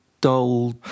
dull